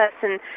person